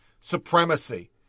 supremacy